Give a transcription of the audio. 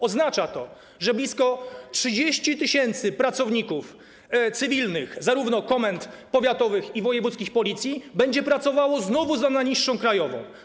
Oznacza to że blisko 30 tys. pracowników cywilnych komend powiatowych i wojewódzkich Policji będzie pracowało znowu za najniższą krajową.